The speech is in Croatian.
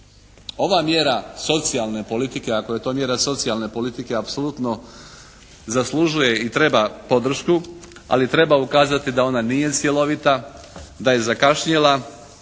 Ova mjera socijalne politike ako je to mjera socijalne politike apsolutno zaslužuje i treba podršku, ali treba ukazati da ona nije cjelovita, da je zakašnjela